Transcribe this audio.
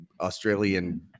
Australian